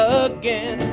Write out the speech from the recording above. again